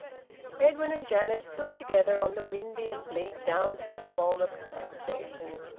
edwin and janet stood together on the windy and bleak down-platform of knype station,